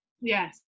Yes